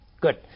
Good